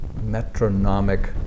metronomic